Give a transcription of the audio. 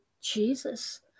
Jesus